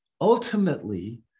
ultimately